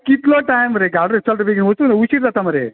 कितलो टायम रे घाल रे चल रे बगीन वचूं रे उशीर जाता मरे